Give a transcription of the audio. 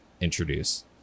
introduce